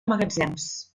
magatzems